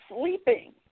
sleeping